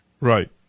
Right